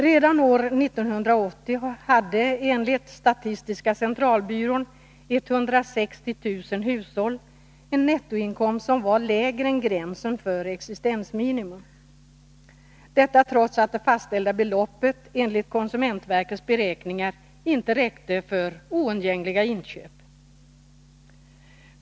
Redan år 1980 hade enligt statistiska centralbyrån 160 000 hushåll en nettoinkomst som låg under gränsen för existensminimum, detta trots att det fastställda beloppet enligt konsumentverkets beräkningar inte räckte för oundgängliga inköp.